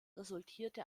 resultierte